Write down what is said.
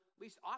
least